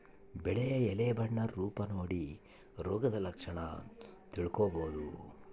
ಬೆಳೆಯ ಎಲೆ ಬಣ್ಣ ರೂಪ ನೋಡಿ ರೋಗದ ಲಕ್ಷಣ ತಿಳ್ಕೋಬೋದು